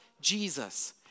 Jesus